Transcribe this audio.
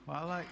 Hvala.